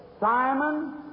Simon